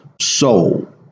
soul